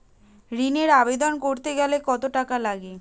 ঋণের আবেদন করতে গেলে কত টাকা লাগে?